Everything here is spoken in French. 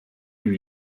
lui